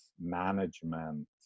management